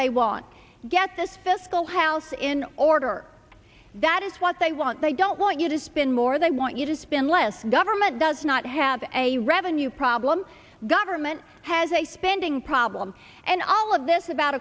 they want to get this fiscal house in order that is what they want they don't want you to spend more they want you to spend less government does not have a revenue problem government has a spending problem and all of this about